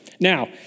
Now